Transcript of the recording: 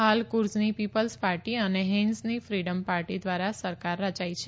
હાલ કુર્ઝની People's Party અને હેઇન્ઝની ફીડમ પાર્ટી દ્વારા સરકાર રચાઇ છે